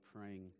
praying